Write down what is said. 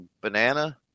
banana